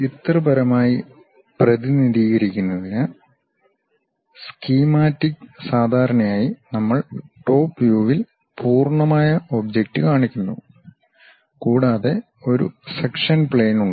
ചിത്രപരമായി പ്രതിനിധീകരിക്കുന്നതിന് സ്കീമാറ്റിക് സാധാരണയായി നമ്മൾ ടോപ് വ്യൂവിൽ പൂർണ്ണമായ ഒബ്ജക്റ്റ് കാണിക്കുന്നു കൂടാതെ ഒരു സെക്ഷൻ പ്ലെയിൻ ഉണ്ട്